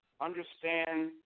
understand